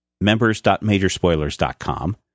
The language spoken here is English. members.majorspoilers.com